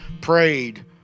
prayed